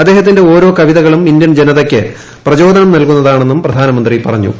അദ്ദേഹത്തിന്റെ ഓരോ കവിതകളും ഇന്ത്യൻ ജനതയ്ക്ക് പ്രചോദനം നൽകുന്ന താണെന്നും പ്രധാനമന്ത്രി പറഞ്ഞു